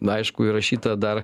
aišku ji rašyta dar